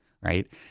right